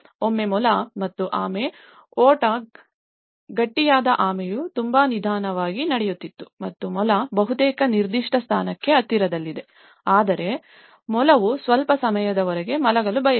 ಒಮ್ಮೆ ಮೊಲ ಮತ್ತು ಆಮೆ ಓಟ ಗಟ್ಟಿಯಾದ ಆಮೆಯು ತುಂಬಾ ನಿಧಾನವಾಗಿ ನಡೆಯುತ್ತಿತ್ತು ಮತ್ತು ಮೊಲ ಬಹುತೇಕ ನಿರ್ದಿಷ್ಟ ಸ್ಥಾನಕ್ಕೆ ಹತ್ತಿರದಲ್ಲಿದೆ ಆದರೆ ಮೊಲವು ಸ್ವಲ್ಪ ಸಮಯದವರೆಗೆ ಮಲಗಲು ಬಯಸಿತು